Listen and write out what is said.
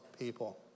People